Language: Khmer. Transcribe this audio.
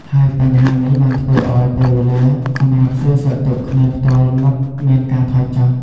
ហើយបញ្ហានេះបានធ្វើឲ្យពេលវេលាសម្រាប់សួរសុខទុក្ខគ្នាផ្ទាល់មុខមានការថយចុះ។